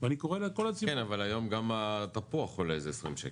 ואני קורא לכל הציבור --- כן אבל היום גם התפוח עולה איזה 20 שקל,